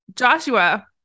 Joshua